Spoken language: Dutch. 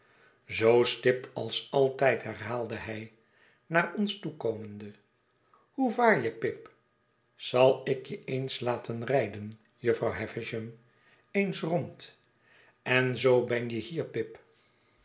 zoo stipt als altijd herhaalde hij naar ons toekomende hoe vaar je pip zal ik je eens laten rijden jufvrouw havisham eens rond en zoo ben je hier pip